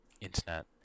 internet